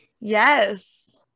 Yes